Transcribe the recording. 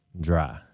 dry